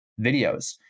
videos